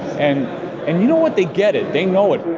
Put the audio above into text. and and you know what, they get it, they know it.